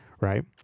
right